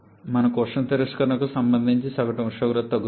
మనకు ఉష్ణ తిరస్కరణకు సంబంధించిన సగటు ఉష్ణోగ్రత తగ్గుతుంది